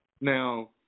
Now